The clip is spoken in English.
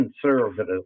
conservative